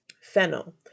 fennel